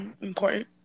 important